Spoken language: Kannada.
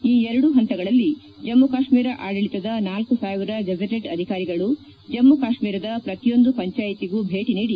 ಈ ಎರಡು ಹಂತಗಳಲ್ಲಿ ಜಮ್ಮು ಕಾಶ್ಮೀರ ಆಡಳಿತದ ನಾಲ್ಲು ಸಾವಿರ ಗೆಜೆಟೆಡ್ ಅಧಿಕಾರಿಗಳು ಜಮ್ಮು ಕಾಶ್ಮೀರದ ಪ್ರತಿಯೊಂದು ಪಂಚಾಯಿತಿಗೂ ಭೇಟಿ ನೀದಿ